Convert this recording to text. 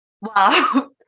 wow